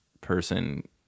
person